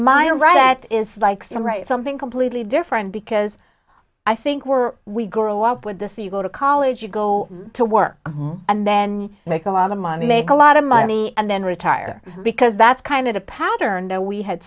mind right that is like some right something completely different because i think we're we grow up with this you go to college you go to work and then you make a lot of money make a lot of money and then retire because that's kind of powder no we had